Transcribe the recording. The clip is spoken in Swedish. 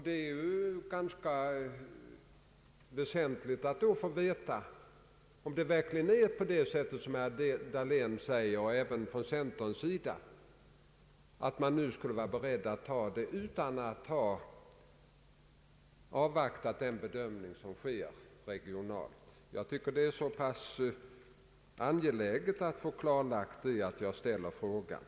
Det är ganska väsentligt att få veta om det verkligen är på det sättet som herr Dahlén — och även centern — säger, att man är beredd att ta ställning utan att avvakta den bedömning som sker regionalt. Det är så pass angeläget att få detta klarlagt, att jag ställer den frågan.